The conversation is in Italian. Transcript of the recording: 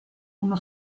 uno